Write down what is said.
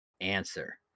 answer